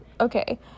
Okay